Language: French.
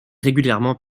régulièrement